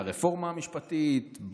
את הרפורמה המשפטית,